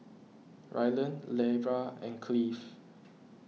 Rylan Lera and Cleave